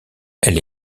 elle